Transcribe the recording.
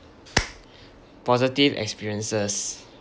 positive experiences